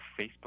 facebook